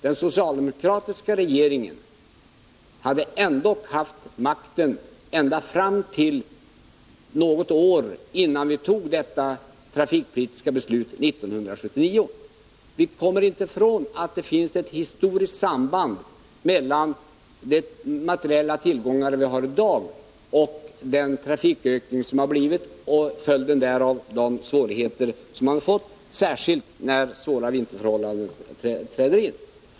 Den socialdemokratiska regeringen hade ändock haft makten ända fram till något år innan vi fattade det trafikpolitiska beslutet 1979. Vi kommer inte ifrån att det finns ett historiskt samband mellan de materieltillgångar vi har i dag och den trafikökning som skett samt de svårigheter man fått, särskilt när besvärliga vinterförhållanden inträder.